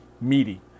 meaty